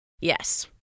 yes